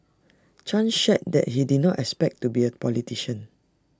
chan shared that he did not expect to be A politician